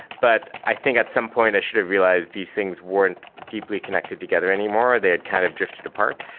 but i think at some point i should have realized these things weren't deeply connected together anymore. they had kind of drifted apart.